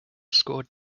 scored